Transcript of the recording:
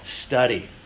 study